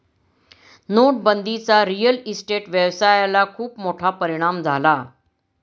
नोटाबंदीचा real estate व्यवसायाला खूप मोठा परिणाम झाला